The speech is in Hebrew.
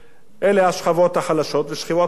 אלה השכבות החלשות ושכבות הביניים.